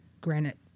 granite